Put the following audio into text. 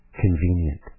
convenient